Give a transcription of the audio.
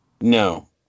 No